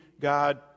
God